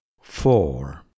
four